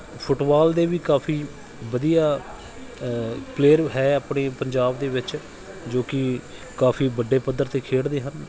football ਦੇ ਵੀ ਕਾਫੀ ਵਧੀਆ ਪਲੇਅਰ ਹੈ ਆਪਣੇ ਪੰਜਾਬ ਦੇ ਵਿੱਚ ਜੋ ਕਿ ਕਾਫੀ ਵੱਡੇ ਪੱਧਰ 'ਤੇ ਖੇਡਦੇ ਹਨ